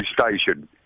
station